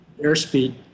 airspeed